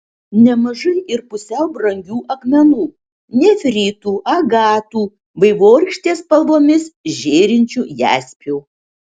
nemažai ir pusiau brangių akmenų nefritų agatų vaivorykštės spalvomis žėrinčių jaspių